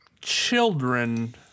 children